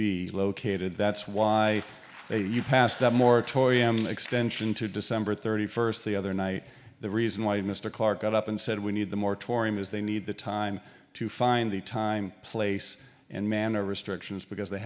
be located that's why they you passed the moratorium extension to december thirty first the other night the reason why mr clarke got up and said we need the moratorium is they need the time to find the time place and manner restrictions because they